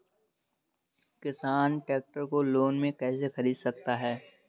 किसान ट्रैक्टर को लोन में कैसे ख़रीद सकता है?